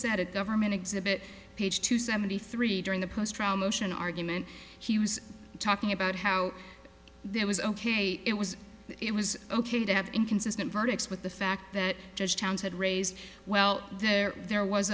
said a government exhibit page two seventy three during the post from ocean argument he was talking about how there was ok it was it was ok to have inconsistent verdicts with the fact that judge towns had raised well there there was